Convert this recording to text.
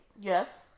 Yes